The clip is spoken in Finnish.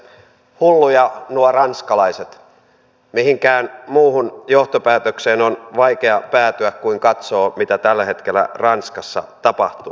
hulluja nuo ranskalaiset mihinkään muuhun johtopäätökseen on vaikea päätyä kun katsoo mitä tällä hetkellä ranskassa tapahtuu